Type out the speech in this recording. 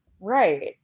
Right